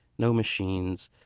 no machines.